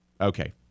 Okay